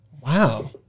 wow